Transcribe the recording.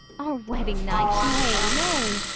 our wedding night! nay, nay.